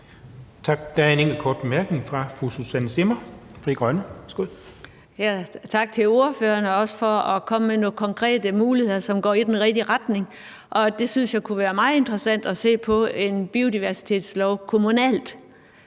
Tak. Der er en enkelt kort bemærkning fra fru Susanne Zimmer, Frie Grønne. Værsgo. Kl. 12:27 Susanne Zimmer (FG): Tak til ordføreren, også for at komme med nogle konkrete forslag, som går i den rigtige retning. Jeg synes, det kunne være meget interessant at se på en biodiversitetslov kommunalt,